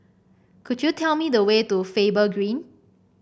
could you tell me the way to Faber Green